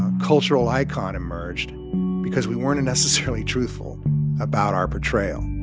cultural icon emerged because we weren't necessarily truthful about our portrayal